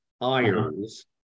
irons